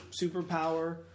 superpower